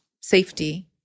safety